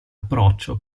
approccio